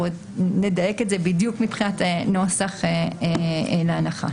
אנחנו עוד נדייק את זה מבחינת הנוסח להנחה.